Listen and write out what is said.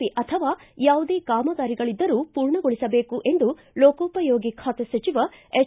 P ಅಥವಾ ಯಾವುದೇ ಕಾಮಗಾರಿಗಳದ್ದರೂ ಪೂರ್ಣಗೊಳಿಸಬೇಕು ಎಂದು ಲೋಕೋಪಯೋಗಿ ಖಾತೆ ಸಚಿವ ಎಚ್